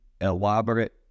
elaborate